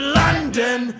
london